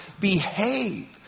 behave